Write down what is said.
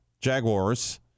Jaguars